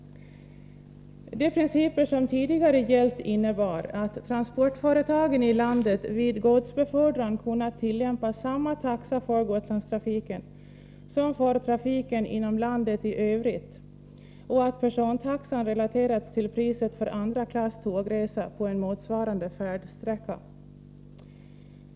De principer som tidigare gällde innebar att transportföretagen i landet vid godsbefordran kunde tillämpa samma taxa för Gotlandstrafiken som för trafiken inom landet i övrigt och att persontaxan relaterades till priset för andra klass tågresa på en motsvarande färdsträcka.